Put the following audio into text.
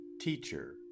teacher